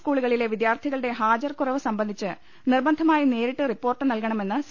സ്കൂളുകളിലെ വിദ്യാർത്ഥികളുടെ ഹാജർകുറവു സംബന്ധിച്ച് നിർബന്ധമായും നേരിട്ട് റിപ്പോർട്ട് നൽകണമെന്ന് സി